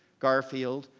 gar-field,